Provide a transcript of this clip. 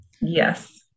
Yes